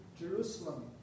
Jerusalem